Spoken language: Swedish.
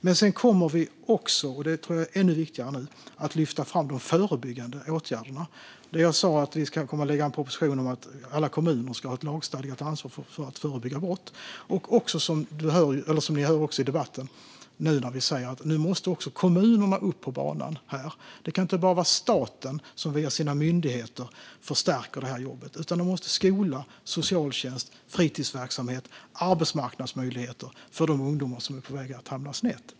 Men vi kommer också, och det tror jag är ännu viktigare nu, att lyfta fram de förebyggande åtgärderna. Jag sa att vi kommer att lägga fram en proposition om att alla kommuner ska ha ett lagstadgat ansvar för att förebygga brott. Vi säger, som ni också hör i debatten, att nu måste också kommunerna upp på banan här. Det kan inte bara vara staten som via sina myndigheter förstärker det här jobbet, utan det måste till skola, socialtjänst och fritidsverksamhet och arbetsmarknadsmöjligheter för de ungdomar som är på väg att hamna snett.